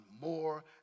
more